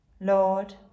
Lord